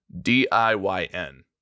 D-I-Y-N